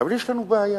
אבל יש לנו בעיה,